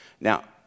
Now